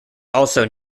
also